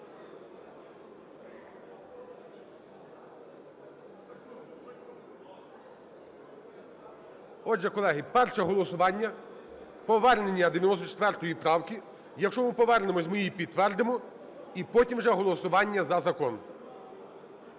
Отже, колеги, перше голосування – повернення 94 правки. Якщо ми повернемося, ми її підтвердимо, і потім вже голосування за закон.